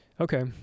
Okay